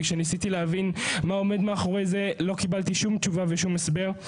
וכשניסיתי להבין מה עומד מאחורי זה לא קיבלתי שום תשובה ושום הסבר.